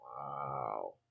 Wow